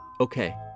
Okay